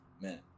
man